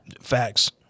Facts